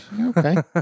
okay